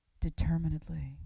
determinedly